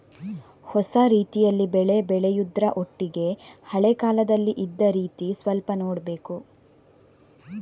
ಹೊಸ ರೀತಿಯಲ್ಲಿ ಬೆಳೆ ಬೆಳೆಯುದ್ರ ಒಟ್ಟಿಗೆ ಹಳೆ ಕಾಲದಲ್ಲಿ ಇದ್ದ ರೀತಿ ಸ್ವಲ್ಪ ನೋಡ್ಬೇಕು